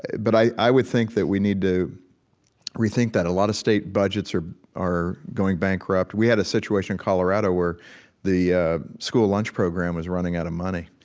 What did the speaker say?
but i i would think that we need to rethink that. a lot of state budgets are are going bankrupt. we had a situation in colorado where the school lunch program was running out of money.